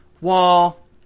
Wall